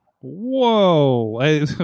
Whoa